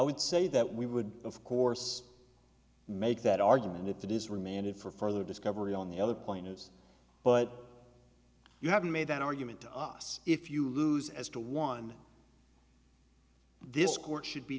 would say that we would of course make that argument if that is remanded for further discovery on the other point is but you haven't made that argument to us if you lose as to one this court should be